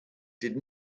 did